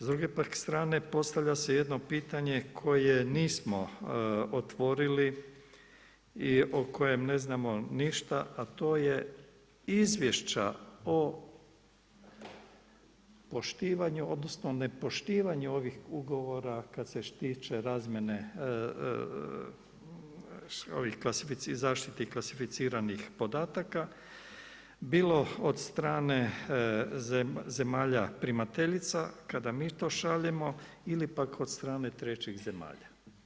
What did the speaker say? S druge pak strane postavlja se jedno pitanje koje nismo otvorili i o kojem ne znamo ništa, a to je izvješća o poštivanju, odnosno nepoštivanju ovih ugovora kad se tiče razmjene ovih klasificiranih, zaštiti klasificiranih podataka bilo od strane zemalja primateljica kada mi to šaljemo ili pak od strane trećih zemalja.